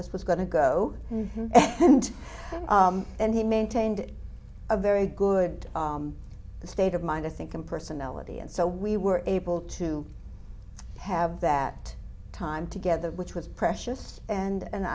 this was going to go and and he maintained a very good state of mind i think in personality and so we were able to have that time together which was precious and